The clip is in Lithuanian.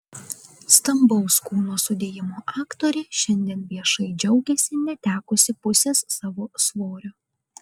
stambaus kūno sudėjimo aktorė šiandien viešai džiaugiasi netekusi pusės savo svorio